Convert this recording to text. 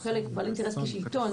הוא בעל אינטרס כשלטון,